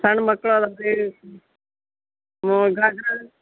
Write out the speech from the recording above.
ಸಣ್ಣ ಮಕ್ಳು ಅದಲ್ರೀ ಹ್ಞೂ ಘಾಗ್ರ